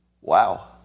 Wow